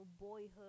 boyhood